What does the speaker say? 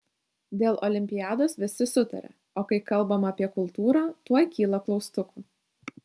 dėl olimpiados visi sutaria o kai kalbama apie kultūrą tuoj kyla klaustukų